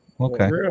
okay